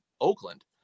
Oakland